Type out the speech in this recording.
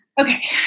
okay